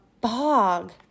bog